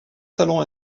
salons